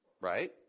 right